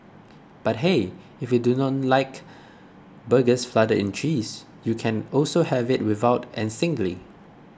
but hey if you do not like burgers flooded in cheese you can also have it without and singly